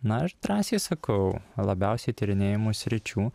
na aš drąsiai sakau labiausiai tyrinėjamų sričių